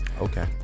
Okay